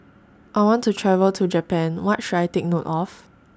I want to travel to Japan What should I Take note of